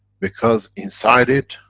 because inside it,